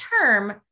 term